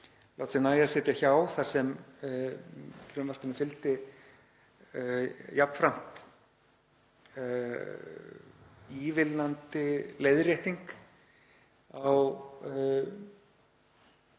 láta sér nægja að sitja hjá þar sem frumvarpinu fylgdi jafnframt ívilnandi leiðrétting